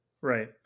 right